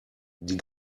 die